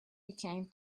became